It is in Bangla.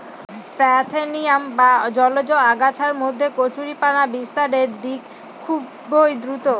পার্থেনিয়াম বা জলজ আগাছার মধ্যে কচুরিপানা বিস্তারের দিক খুবই দ্রূত